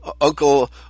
Uncle